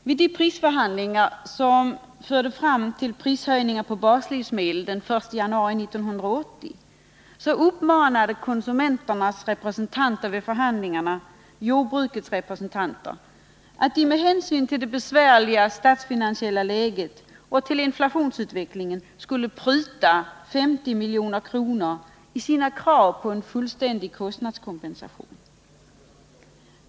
Vid de prisförhandlingar som ledde fram till prishöjningarna på baslivsmedel den 1 januari 1980 uppmanade konsumenternas representanter vid förhandlingarna jordbrukets representanter att, med hänsyn till det besvärliga statsfinansiella läget och inflationsutvecklingen, pruta 50 milj.kr. i sina krav på en fullständig kostnadskompensation.